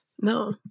No